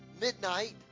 midnight